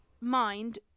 mind